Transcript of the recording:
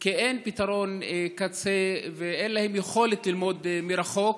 כי אין פתרון קצה ואין להם יכולת ללמוד מרחוק.